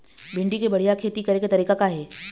भिंडी के बढ़िया खेती करे के तरीका का हे?